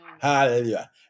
Hallelujah